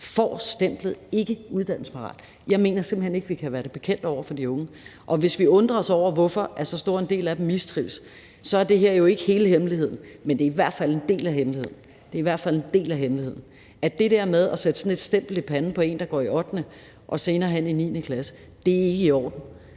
får stemplet: ikkeuddannelsesparat. Jeg mener simpelt hen ikke, vi kan være det bekendt over for de unge. Og hvis vi undrer os over, hvorfor så stor en del af dem mistrives, så er det her jo ikke hele hemmeligheden, men det er i hvert fald en del af hemmeligheden – det er i hvert fald en del af hemmeligheden. Det der med at sætte sådan et stempel i panden på en, der går i 8. klasse og senere hen i 9. klasse, er ikke i orden.